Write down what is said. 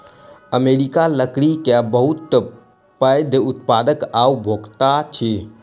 America लकड़ी के बहुत पैघ उत्पादक आ उपभोगता अछि